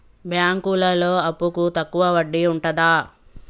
బ్యాంకులలో అప్పుకు తక్కువ వడ్డీ ఉంటదా?